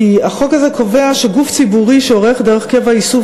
כי החוק הזה קובע שגוף ציבורי שעורך דרך קבע איסוף